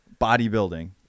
bodybuilding